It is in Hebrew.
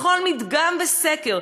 בכל מדגם וסקר,